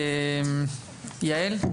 יעל.